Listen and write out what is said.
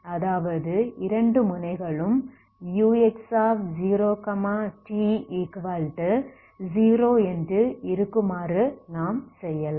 அதாவது இரண்டு முனைகளும் ux0t0 என்று இருக்குமாறு நாம் செய்யலாம்